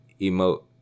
emote